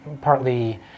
partly